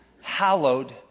Hallowed